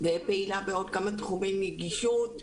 ופעילה בעוד כמה תחומי נגישות.